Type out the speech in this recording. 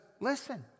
listen